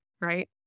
right